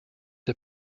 der